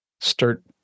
start